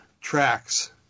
tracks